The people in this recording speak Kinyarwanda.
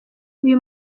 uyu